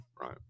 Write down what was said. right